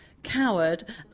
Coward